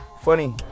funny